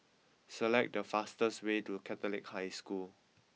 select the fastest way to Catholic High School